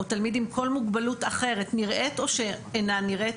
או תלמיד עם כל מוגבלות אחרת נראית או שאינה נראית,